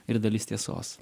ir dalis tiesos